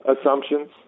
assumptions